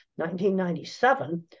1997